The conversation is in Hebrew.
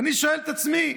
ואני שואל את עצמי: